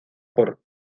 por